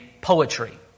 poetry